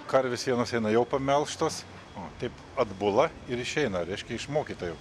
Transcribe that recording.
karvės vienos eina jau pamelžtos o taip atbula ir išeina reiškia išmokyta jau